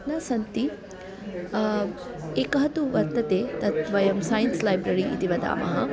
न सन्ति एकः तु वर्तते तत् वयं सैन्स् लैब्ररि इति वदामः